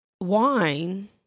wine